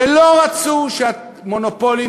ולא רצו שהמונופולים,